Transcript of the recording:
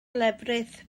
lefrith